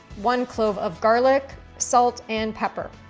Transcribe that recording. one clove of garlic, salt, and pepper.